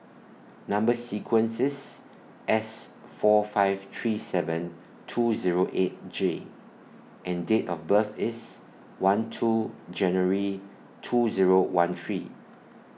Number sequence IS S four five three seven two Zero eight J and Date of birth IS one two January two Zero one three